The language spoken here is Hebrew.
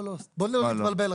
בוא לא נתבלבל.